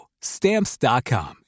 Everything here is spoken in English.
Stamps.com